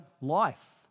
life